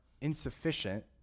insufficient